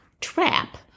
trap